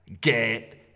get